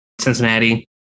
Cincinnati